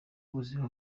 ubuzima